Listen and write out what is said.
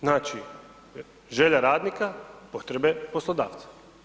Znači želja radnika, potrebe poslodavca.